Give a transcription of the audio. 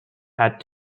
had